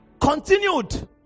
continued